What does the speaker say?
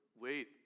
wait